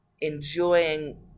enjoying